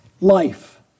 life